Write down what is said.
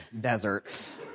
deserts